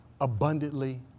Abundantly